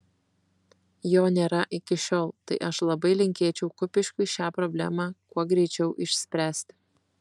jo nėra iki šiol tai aš labai linkėčiau kupiškiui šią problemą kuo greičiau išspręsti